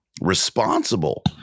responsible